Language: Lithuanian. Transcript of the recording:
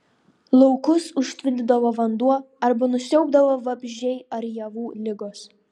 laukus užtvindydavo vanduo arba nusiaubdavo vabzdžiai ar javų ligos